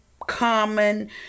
common